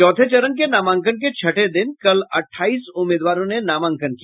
चौथे चरण के नामांकन के छठे दिन कल अट्ठाईस उम्मीदवारों ने नामांकन किया